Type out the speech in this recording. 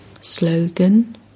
Slogan